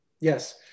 Yes